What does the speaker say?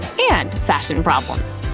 and fashion problems!